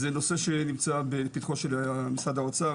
זה נושא שנמצא בפתחו של משרד האוצר,